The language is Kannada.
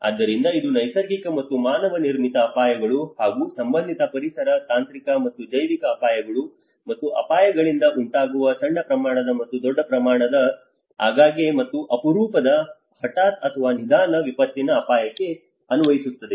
ಆದ್ದರಿಂದ ಇದು ನೈಸರ್ಗಿಕ ಮತ್ತು ಮಾನವ ನಿರ್ಮಿತ ಅಪಾಯಗಳು ಹಾಗೂ ಸಂಬಂಧಿತ ಪರಿಸರ ತಾಂತ್ರಿಕ ಮತ್ತು ಜೈವಿಕ ಅಪಾಯಗಳು ಮತ್ತು ಅಪಾಯಗಳಿಂದ ಉಂಟಾಗುವ ಸಣ್ಣ ಪ್ರಮಾಣದ ಮತ್ತು ದೊಡ್ಡ ಪ್ರಮಾಣದ ಆಗಾಗ್ಗೆ ಮತ್ತು ಅಪರೂಪದ ಹಠಾತ್ ಮತ್ತು ನಿಧಾನ ವಿಪತ್ತಿನ ಅಪಾಯಕ್ಕೆ ಅನ್ವಯಿಸುತ್ತದೆ